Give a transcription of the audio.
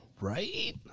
Right